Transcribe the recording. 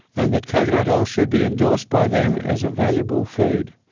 and that coconut oil should be endorsed by them as a valuable food.